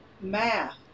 math